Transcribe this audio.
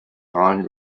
don